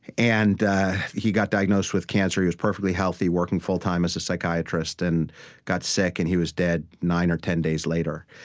and he got diagnosed diagnosed with cancer. he was perfectly healthy, working full time as a psychiatrist, and got sick, and he was dead nine or ten days later.